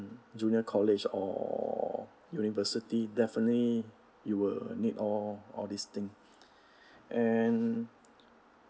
junior college or university definitely you will need all all this thing and